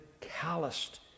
calloused